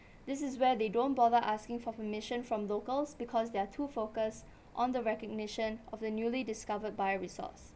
this is where they don't bother asking for permission from locals because they're too focused on the recognition of the newly discovered bioresource